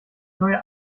neue